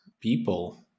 people